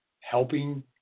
helping